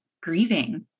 grieving